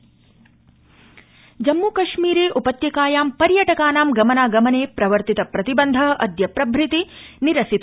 जम्मूकश्मीर जम्मुकश्मीरे उपत्यकायां पर्यटकानां गमनागमने प्रवर्तित प्रतिबन्ध अद्य प्रभूति निरसित